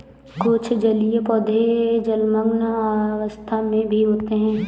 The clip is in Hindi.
कुछ जलीय पौधे जलमग्न अवस्था में भी होते हैं